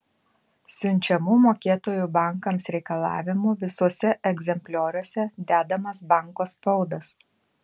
siunčiamų mokėtojų bankams reikalavimų visuose egzemplioriuose dedamas banko spaudas